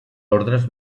ordres